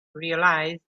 realise